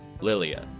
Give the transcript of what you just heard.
Lilia